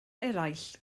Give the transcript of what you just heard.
eraill